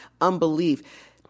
unbelief